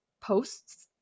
posts